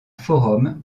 forum